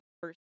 first